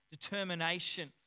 determination